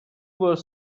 were